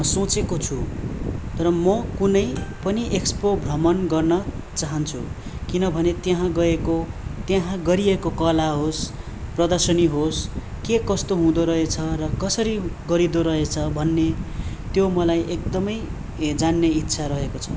सोचेको छु तर म कुनै पनि एक्सपो भ्रमण गर्न चाहन्छु किनभने त्यहाँ गएको त्यहाँ गरिएको कला होस् प्रर्दशनी होस् के कस्तो हुँदो रहेछ र कसरी गरिँदो रहेछ भन्ने त्यो मलाई एकदमै जान्ने इच्छा रहेको छ